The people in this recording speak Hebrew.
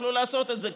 יכלו לעשות את זה,